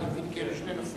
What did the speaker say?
אני מבין, כי אלו שני נושאים.